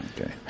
Okay